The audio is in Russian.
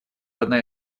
одна